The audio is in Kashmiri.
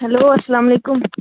ہٮ۪لو اَلسلام علیکُم